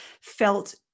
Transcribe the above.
felt